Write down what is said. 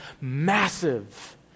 massive